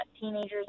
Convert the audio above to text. teenagers